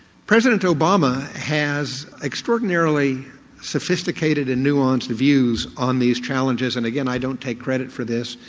president obama has extraordinarily sophisticated and nuanced views on these challenges and, again, i don't take credit for this,